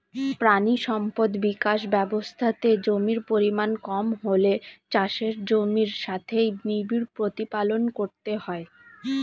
প্রাণী সম্পদ বিকাশ ব্যবস্থাতে জমির পরিমাণ কম হলে চাষের জমির সাথেই নিবিড় প্রতিপালন করতে হয়